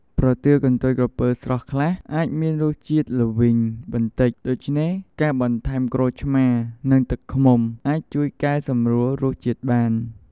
ប្រទាលកន្ទុយក្រពើស្រស់ខ្លះអាចមានរសជាតិល្វីងបន្តិច ដូច្នេះការបន្ថែមក្រូចឆ្មារ និងទឹកឃ្មុំអាចជួយកែសម្រួលរសជាតិបាន។